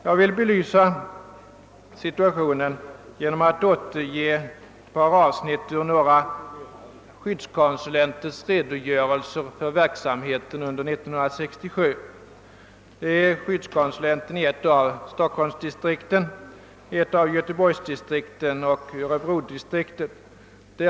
Jag vill belysa situationen genom att återge ett par avsnitt ur några skyddskonsulenters redogörelser för verksamheten under år 1967. Det gäller skyddskonsulenterna i ett av stockholmsdistrikten, i ett av göteborgsdistrikten och i örebrodistriktet.